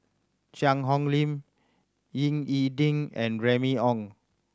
Cheang Hong Lim Ying E Ding and Remy Ong